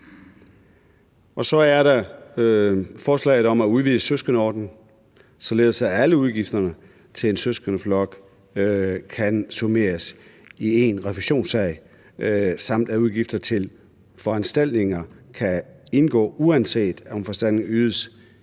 Så er der forslaget om at udvide søskendeordningen, således at alle udgifterne til en søskendeflok kan summeres i én refusionssag, samt at udgifter til foranstaltninger kan indgå, uanset om foranstaltningen ydes